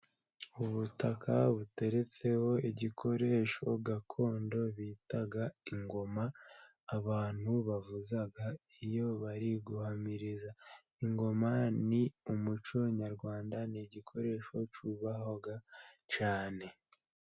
Ubutaka buteretseho igikoresho gakondo bita ingoma, abantu bavuza iyo bari guhamiriza, ingoma ni umuco nyarwanda, ni igikoresho cyubahwa cyane.